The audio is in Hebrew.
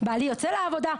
בעלי יוצא לעבודה,